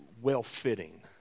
well-fitting